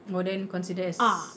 oh then consider as